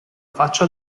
faccia